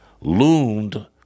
loomed